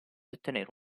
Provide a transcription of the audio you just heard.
ottenere